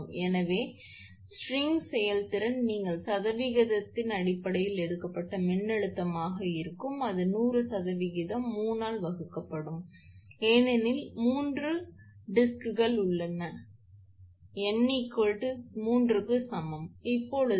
எனவே சரம் செயல்திறன் நீங்கள் சதவீதத்தின் அடிப்படையில் எடுக்கப்பட்ட மின்னழுத்தமாக இருக்கும் அது 100 சதவிகிதம் 3 ஆல் வகுக்கப்படும் ஏனெனில் மூன்று வட்டுகள் உள்ளன n 3 க்கு சமம் 3 வட்டு மிக உயர்ந்த மின்னழுத்தத்தில் 30 கீழ் கீழ் அலகு மின்னழுத்தம் கீழ் அலகு முழுவதும் 38